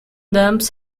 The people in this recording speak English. dumps